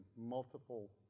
multiple